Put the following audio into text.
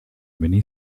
many